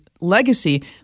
legacy